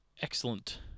excellent